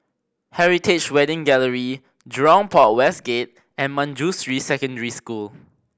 Heritage Wedding Gallery Jurong Port West Gate and Manjusri Secondary School